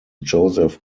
joseph